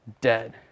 dead